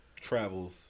travels